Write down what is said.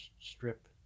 strip